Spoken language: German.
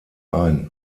ein